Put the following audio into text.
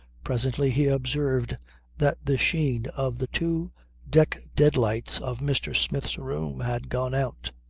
presently he observed that the sheen of the two deck dead-lights of mr. smith's room had gone out.